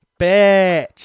bitch